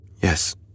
Yes